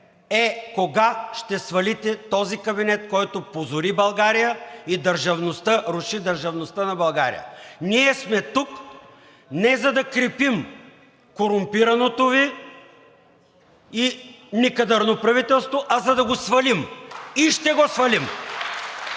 е кога ще свалите този кабинет, който позори България и руши държавността на България. Ние сме тук не за да крепим корумпираното Ви и некадърно правителство, а за да го свалим – и ще го свалим.